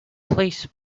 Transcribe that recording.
please